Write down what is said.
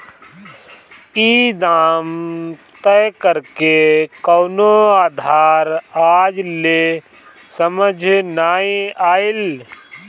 ई दाम तय करेके कवनो आधार आज ले समझ नाइ आइल